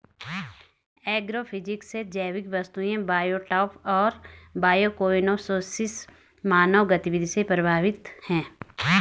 agrophysics से जैविक वस्तुएं बायोटॉप और बायोकोएनोसिस मानव गतिविधि से प्रभावित हैं